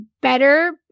better